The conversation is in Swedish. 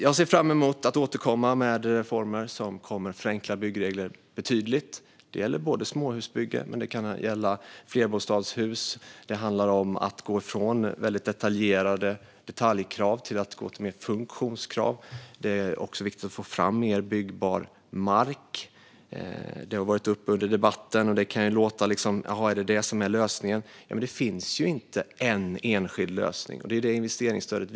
Jag ser fram emot att återkomma med reformer som kommer att förenkla byggregler betydligt. Det gäller både småhusbyggen och flerbostadshus. Det handlar om att gå från väldigt detaljerade detaljkrav till mer av funktionskrav. Det är också viktigt att få fram mer byggbar mark. Detta har varit uppe i debatten, och det kan kanske låta som om detta är lösningen. Men jag vill betona att det inte finns en enskild lösning. Detta visas tydligt av investeringsstödet.